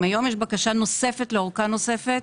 אם היום יש בקשה נוספת לארכה נוספת,